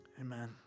Amen